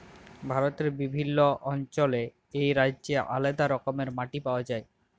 ভারতে বিভিল্ল্য অল্চলে এবং রাজ্যে আলেদা রকমের মাটি পাউয়া যায়